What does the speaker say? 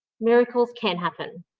miracles can happen.